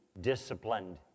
disciplined